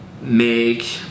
make